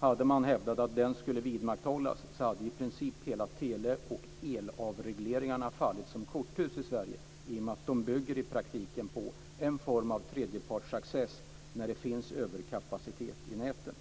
Hade man hävdat att den skulle vidmakthållas, hade i princip alla tele och elavregleringar fallit som korthus i Sverige i och med att de i praktiken bygger på en form av tredjepartsaccess när det finns överkapacitet i näten.